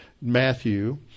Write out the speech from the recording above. Matthew